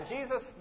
Jesus